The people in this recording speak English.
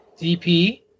DP